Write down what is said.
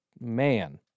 man